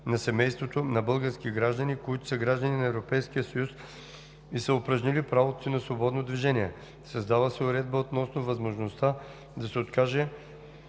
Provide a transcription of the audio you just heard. на семейството на български граждани, които са граждани на Европейския съюз и са упражнили правото си на свободно движение. Създава се и уредба относно възможността да се откаже